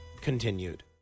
continued